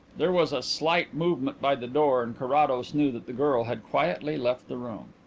there was a slight movement by the door and carrados knew that the girl had quietly left the room.